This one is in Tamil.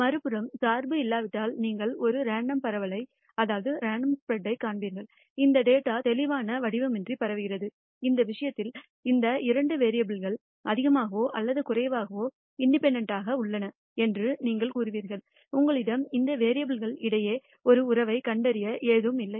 மறுபுறம் சார்பு இல்லாவிட்டால் நீங்கள் ஒரு ரெண்டோம் பரவலைக் காண்பீர்கள் இந்தத் டேட்டா தெளிவான வடிவமின்றி பரவுகிறது இந்த விஷயத்தில் இந்த இரண்டு வேரியபுல் கள் அதிகமாகவோ அல்லது குறைவாகவோ இண்டிபெண்டன்ட் ஆக உள்ளன என்று நீங்கள் கூறுவீர்கள் உங்களிடம் இந்த வேரியபுல் கள் இடையே ஒரு உறவைக் கண்டறிய ஏதும் இல்லை